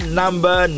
number